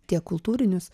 tiek kultūrinius